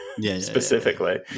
specifically